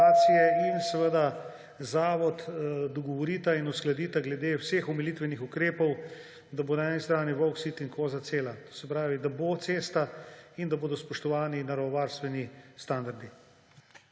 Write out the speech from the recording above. in seveda zavod dogovorita ter uskladita glede vseh omilitvenih ukrepov, da bo na eni strani volk sit in koza cela. To se pravi, da bo cesta in da bodo spoštovani naravovarstveni standardi.